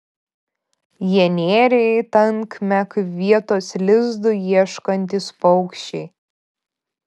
jie nėrė į tankmę kaip vietos lizdui ieškantys paukščiai